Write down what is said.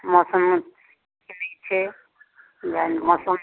मौसम ठण्डी छै मौसम